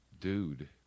dude